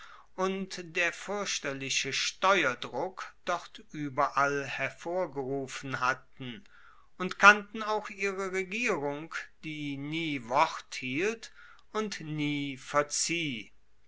und der fuerchterliche steuerdruck dort ueberall hervorgerufen hatten und kannten auch ihre regierung die nie wort hielt und nie verzieh